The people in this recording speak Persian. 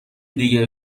دیگه